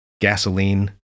gasoline